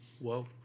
Whoa